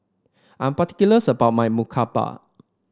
I'm particulars about my murtabak